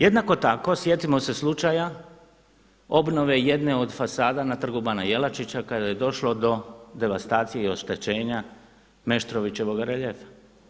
Jednako tako sjetimo se slučaja obnove jedne od fasada na Trgu bana Josipa Jelačića kada je došlo do devastacije i oštećenja Meštrovićevoga reljefa.